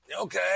Okay